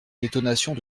détonations